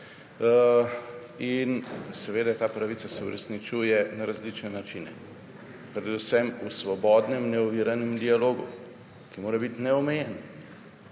In ta pravica se uresničuje na različne načine. Predvsem v svobodnem neoviranem dialogu, ki mora biti neomejen,